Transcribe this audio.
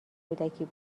کودکی